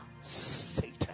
satan